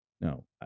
no